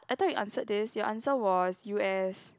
I though you answered this your answer was U_S